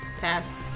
Pass